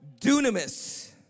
dunamis